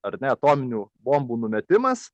ar ne atominių bombų numetimas